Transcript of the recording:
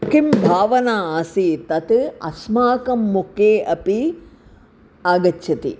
किं भावना आसीत् तत् अस्माकं मुखे अपि आगच्छति